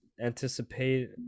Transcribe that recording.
anticipate